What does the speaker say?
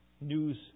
news